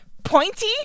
Pointy